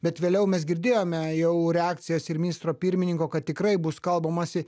bet vėliau mes girdėjome jau reakcijas ir ministro pirmininko kad tikrai bus kalbamasi